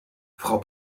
frau